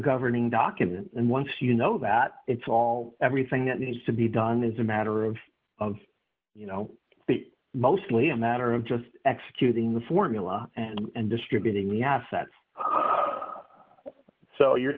governing document and once you know that it's all everything that needs to be done is a matter of of you know mostly a matter of just executing the formula and distributing the assets so you're